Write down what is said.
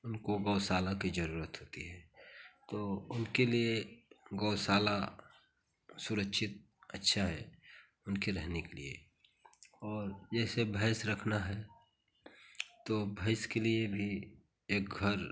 उनको गौशाला की ज़रूरत होती है तो उनके लिए गौशाला सुरक्षित अच्छा है उनके रहने के लिए और जैसे भैंस रखना है तो भैंस के लिए भी एक घर